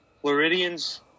Floridian's